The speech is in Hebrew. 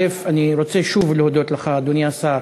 אני רוצה שוב להודות לך, אדוני השר,